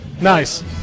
Nice